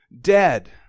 dead